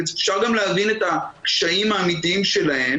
אפשר גם להבין את הקשיים האמיתיים שלהם